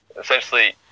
essentially